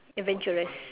adventurous